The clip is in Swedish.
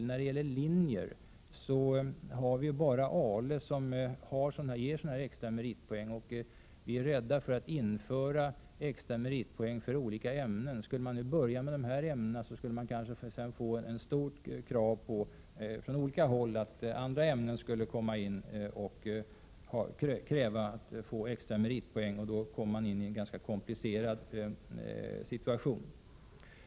När det gäller de olika linjerna är det bara ALE som ger extra meritpoäng. Vi är rädda för att införa extra meritpoäng för olika ämnen. Om man inför extra meritpoäng i de här ämnena, skulle det nämligen kanske resas starka krav från olika håll på att även andra ämnen skall komma i fråga för extra meritpoäng. Då blir det hela ganska komplicerat.